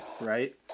right